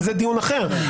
אבל זה דיון אחר.